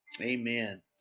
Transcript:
Amen